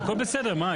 הכול בסדר.